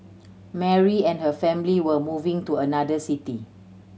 Mary and her family were moving to another city